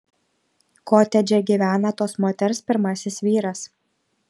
kotedže gyvena tos moters pirmasis vyras